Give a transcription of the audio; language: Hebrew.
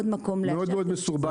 לעוד מקום -- זה מאוד מסורבל.